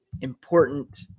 important